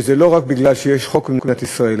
וזה לא רק משום שיש חוק במדינת ישראל,